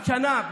השנה,